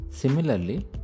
Similarly